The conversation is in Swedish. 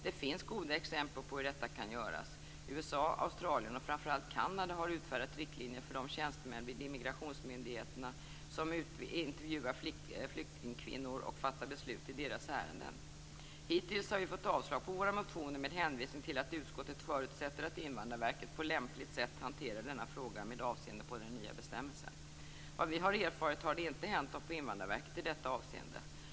Det finns goda exempel på hur detta kan göras. USA, Australien och framför allt Kanada har utfärdat riktlinjer för de tjänstemän vid immigrationsmyndigheterna som intervjuar flyktingkvinnor och fattar beslut i deras ärenden. Hittills har vi fått avslag på våra motioner med hänvisning till att utskottet förutsätter att Invandrarverket på lämpligt sätt hanterar denna fråga med avseende på den nya bestämmelsen. Såvitt vi erfarit har det inte hänt något på Invandrarverket i detta avseende.